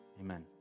Amen